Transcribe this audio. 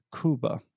cuba